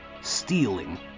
stealing